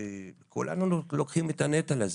וכולנו לוקחים את הנפל הזה